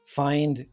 find